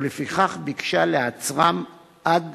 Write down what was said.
ולפיכך ביקשה לעוצרם עד